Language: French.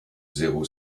zéro